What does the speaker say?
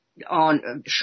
on